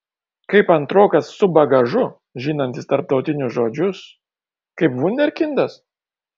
kaip antrokas su bagažu žinantis tarptautinius žodžius kaip vunderkindas